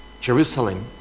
Jerusalem